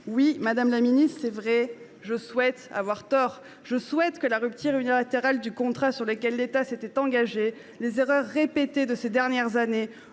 Oui, madame la ministre, je souhaite réellement avoir tort. Je souhaite que la rupture unilatérale du contrat sur lequel l’État s’était engagé, les erreurs répétées de ces dernières années,